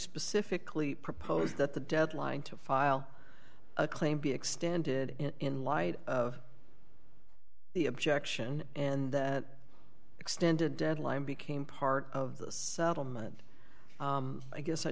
specifically proposed that the deadline to file a claim be extended in light of the objection and extended deadline became part of the settlement i guess i